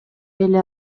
эле